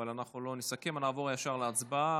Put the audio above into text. אבל אנחנו לא נסכם ונעבור ישר להצבעה.